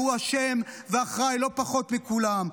והוא אשם ואחראי לא פחות מכולם,